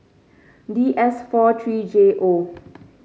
D S four three J O